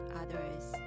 others